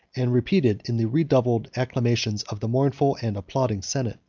and repeated in the redoubled acclamations of the mournful and applauding senate.